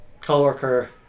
co-worker